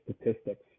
statistics